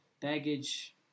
baggage